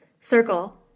Circle